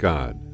God